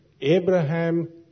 Abraham